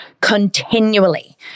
continually